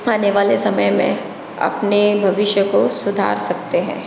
आने वाले समय में अपने भविष्य को सुधार सकते हैं